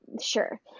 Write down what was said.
sure